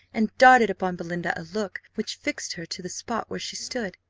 and darted upon belinda a look, which fixed her to the spot where she stood.